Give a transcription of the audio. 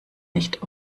nicht